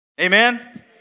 Amen